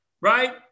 right